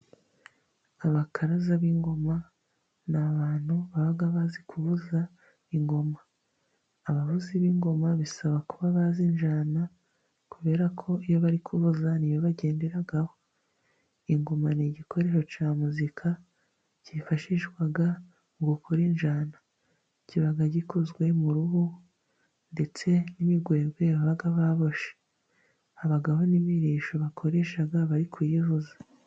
Abakaraza b'ingoma ni abantu baba bazi kuvuza ingoma, abavuzi b'ingoma bisaba kuba bazi injyana kubera ko iyo bari kuvuza ni yo bagenderaho, ingoma ni igikoresho ca muzika cyifashishwaga mu gukora injyana, kiba gikozwe mu ruhu ndetse n'ibigogwe yabaga baboshe abagabo n'ibiririsho bakoreshaga bari kuyivuza.